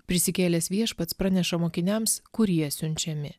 prisikėlęs viešpats praneša mokiniams kurie siunčiami